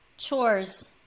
Chores